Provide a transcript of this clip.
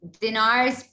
dinars